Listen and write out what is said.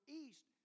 east